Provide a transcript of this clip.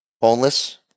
Boneless